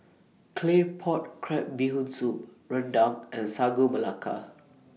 Claypot Crab Bee Hoon Soup Rendang and Sagu Melaka